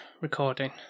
recording